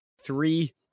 Three